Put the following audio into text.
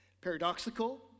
Paradoxical